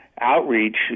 outreach